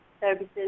services